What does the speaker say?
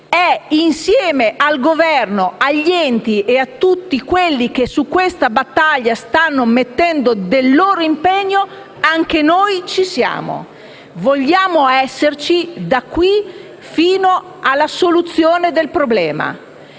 è insieme al Governo, agli enti e a tutti coloro che su questa battaglia stanno mettendo il loro impegno. Ci siamo anche noi, vogliamo esserci da qui fino alla soluzione del problema.